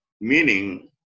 meaning